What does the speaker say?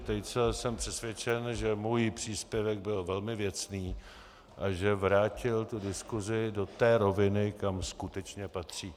Tejce jsem přesvědčen, že můj příspěvek byl velmi věcný a že vrátil diskusi do té roviny, kam skutečně patří.